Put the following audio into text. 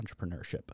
entrepreneurship